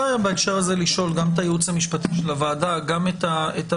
בהקשר הזה אני רוצה לשאול גם את הייעוץ המשפטי של הוועדה וגם את הממשלה.